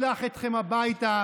אנחנו נשלח אתכם הביתה.